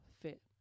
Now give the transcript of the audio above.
fit